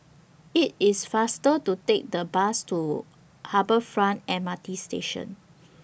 IT IS faster to Take The Bus to Harbour Front M R T Station